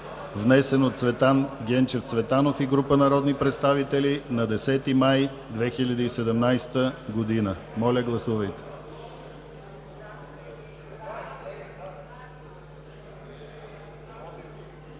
внесен от Цветан Генчев Цветанов и група народни представители на 10 май 2017 г. Гласували